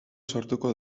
sortuko